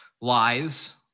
lies